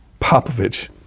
Popovich